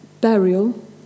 burial